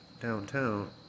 downtown